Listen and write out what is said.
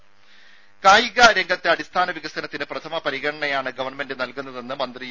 രുര കായിക രംഗത്തെ അടിസ്ഥാന വികസനത്തിന് പ്രഥമ പരിഗണനയാണ് ഗവൺമെന്റ് നൽകുന്നതെന്ന് മന്ത്രി ഇ